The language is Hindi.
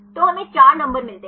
तो हमें 4 नंबर मिलते हैं